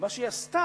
ומה שהיא עשתה,